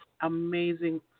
Amazing